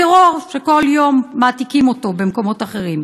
טרור שכל יום מעתיקים אותו במקומות אחרים.